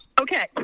Okay